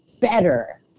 better